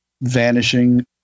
vanishing